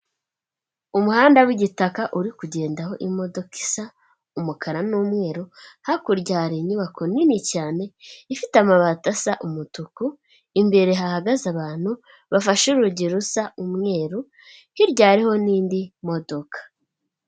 Umuhanda w'igitaka uri kugenda aho imodoka isa umukara n'umweru, hakurya hari inyubako nini cyane ifite amabati asa umutuku, imbere hahagaze abantu bafashe urugero rusa umweru hiryareho n'indi modoka.